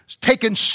taken